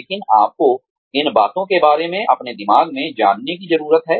लेकिन आपको इन बातों के बारे में अपने दिमाग में जानने की जरूरत है